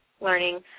learning